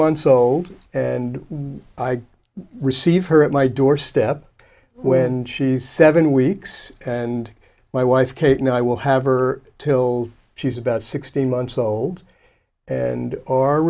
months old and i receive her at my doorstep when she's seven weeks and my wife kate and i will have her till she's about sixteen months old and our